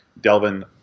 Delvin